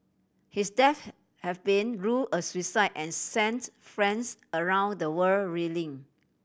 his death have been rule a suicide and sent fans around the world reeling